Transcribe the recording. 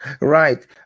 Right